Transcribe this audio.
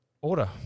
order